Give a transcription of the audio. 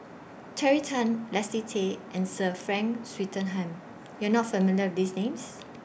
Terry Tan Leslie Tay and Sir Frank Swettenham YOU Are not familiar with These Names